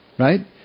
right